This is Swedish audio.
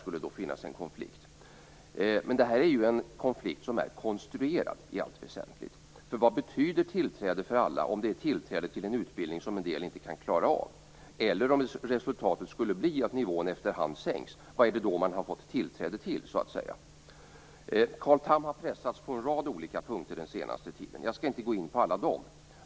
Men denna konflikt är i allt väsentligt konstruerad. Vad betyder tillträde för alla, om det gäller tillträde till en utbildning som en del inte kan klara av? Vad händer om resultatet skulle bli att nivån efter hand sänks? Vad är det då man har fått tillträde till? Carl Tham har pressats på en rad olika punkter den senaste tiden, och jag skall inte gå in på alla.